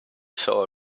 saw